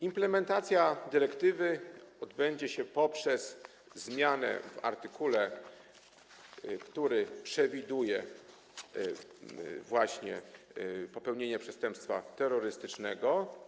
Implementacja dyrektywy odbędzie się poprzez zmianę w artykule, który przewiduje właśnie popełnienie przestępstwa terrorystycznego.